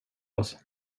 oss